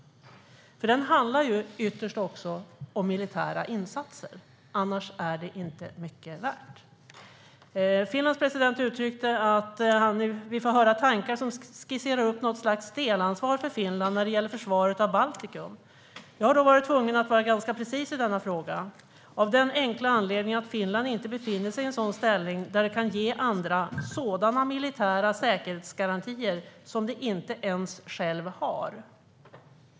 Den handlar ju ytterst också om militära insatser, annars är det inte mycket värt. Detta framgår inte av försvarsministerns svar. Finlands president uttryckte sig så här: "Då och då får vi höra tankar som skisserar upp något slags delansvar för Finland när det gäller försvaret av Baltikum. Jag har dock varit tvungen att vara ganska precis i denna fråga. Av den enkla anledningen att Finland inte befinner sig i en sådan ställning där det kan ge andra sådana militära säkerhetsgarantier som det inte ens själv har.